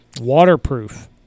waterproof